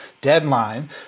deadline